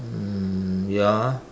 um ya